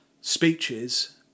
speeches